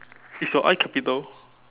is your I capital